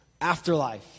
Afterlife